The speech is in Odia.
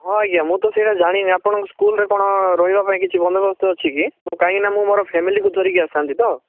ହଁ ଆଜ୍ଞା ମୁଁ ତ ସେଇଟା ଜାଣିନି ଆପଣଙ୍କ ସ୍କୁଲରେ କ'ଣ ରହିବା ପାଇଁ କିଛି ବନ୍ଦୋବସ୍ତ ଅଛିକି ମୁଁ କାହିଁକିନା ମୁଁ ମୋର ଫ୍ୟାମିଲିକୁ ଧରିକି ଆସିଥାନ୍ତି ତ